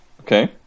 Okay